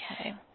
Okay